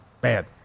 Bad